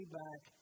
back